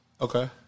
Okay